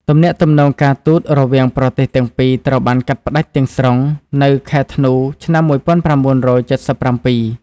ទំនាក់ទំនង ការទូតរវាងប្រទេសទាំងពីរត្រូវបានកាត់ផ្តាច់ទាំងស្រុងនៅខែធ្នូ ឆ្នាំ១៩៧៧។